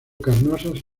carnosas